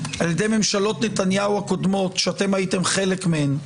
על ידי ממשלות נתניהו הקודמות שאתם הייתם חלק מהן,